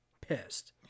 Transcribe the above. pissed